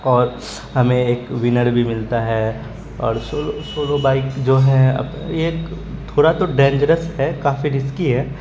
اور ہمیں ایک ونڑ بھی ملتا ہے اور شولو سولو بائک جو ہیں اپ یہ ایک تھوڑا تو ڈینجرس ہے کافی رسکی ہے